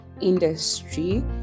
industry